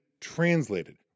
translated